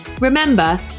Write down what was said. Remember